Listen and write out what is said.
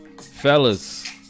fellas